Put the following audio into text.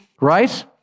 right